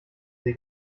sie